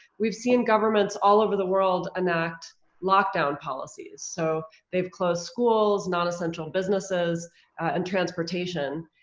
we've seen governments all over the world enact locked down policies. so they've closed schools, non-essential businesses and transportation.